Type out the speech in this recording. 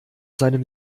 seinem